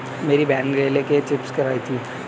मेरी बहन केले के चिप्स लाई थी